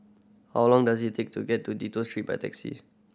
how long does it take to get to Dido Street by taxi